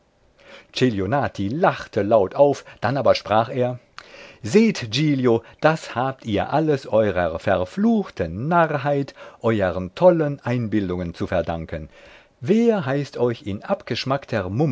lachte laut auf dann aber sprach er seht giglio das habt ihr alles eurer verfluchten narrheit euern tollen einbildungen zu verdanken wer heißt euch in abgeschmackter